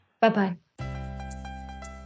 Bye-bye